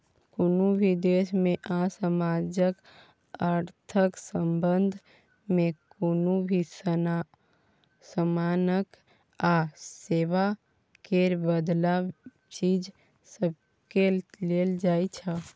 कुनु भी देश में आ समाजक अर्थक संबंध में कुनु भी समानक आ सेवा केर बदला चीज सबकेँ लेल जाइ छै